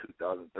2013